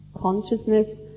Consciousness